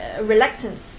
reluctance